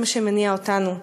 זה מה שמניע אותנו.